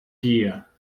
dear